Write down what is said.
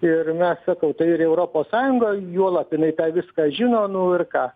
ir na sakau tai ir europos sąjungos juolab jinai tą viską žino nu ir ką